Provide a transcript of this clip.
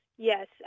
Yes